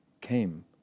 came